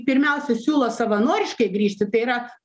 pirmiausia siūlo savanoriškai grįžti tai yra